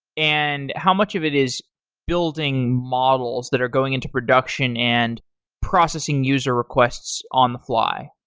and how much of it is building models that are going into production and processing user requests on the fly?